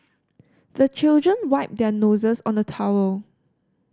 the children wipe their noses on the towel